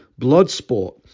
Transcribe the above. Bloodsport